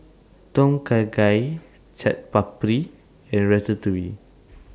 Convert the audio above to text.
Tom Kha Gai Chaat Papri and Ratatouille